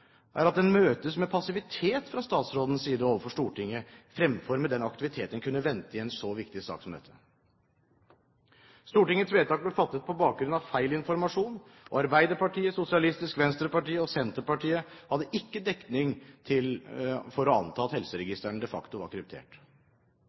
er at man møtes med passivitet fra statsrådens side overfor Stortinget, fremfor med den aktivitet en kunne vente i en så viktig sak som dette. Stortingets vedtak ble fattet på bakgrunn av feil informasjon, og Arbeiderpartiet, Sosialistisk Venstreparti og Senterpartiet hadde ikke dekning for å anta at